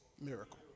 miracle